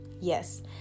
Yes